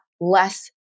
less